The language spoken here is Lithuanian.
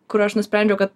kur aš nusprendžiau ka